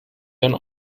dann